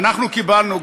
קיבלנו,